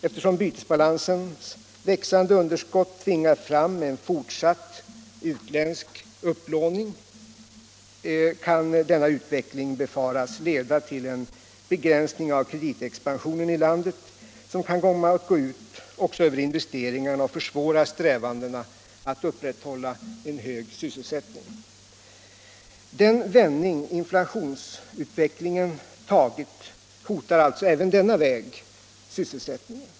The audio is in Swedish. Eftersom bytesbalansens växande underskott tvingar fram en fortsatt utländsk upplåning kan denna utveckling befaras leda till en begränsning av kreditexpansionen i landet, som kan komma att gå ut också över investeringarna och försvåra strävandena att upprätthålla en hög sysselsättning. Den vändning inflationsutvecklingen har tagit hotar alltså även denna väg sysselsättning en.